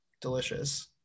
delicious